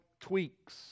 tweaks